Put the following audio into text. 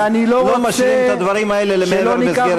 אז לא משאירים את הדברים האלה למעבר על מסגרת הזמן.